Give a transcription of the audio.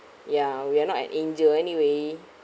ya we are not an angel anyway